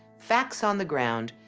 facts on the ground,